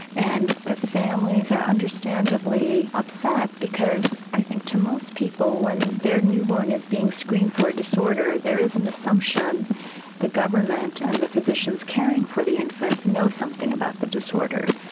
and the families are understandably upset because i think to most people when their newborn is being screened for a disorder there is an assumption the government and the physicians caring for the infant know something about the disorder.